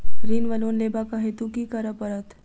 ऋण वा लोन लेबाक हेतु की करऽ पड़त?